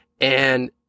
And-